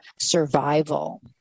survival